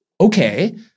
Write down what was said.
okay